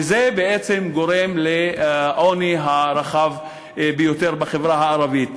וזה בעצם גורם לעוני הרחב ביותר בחברה הערבית.